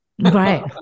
Right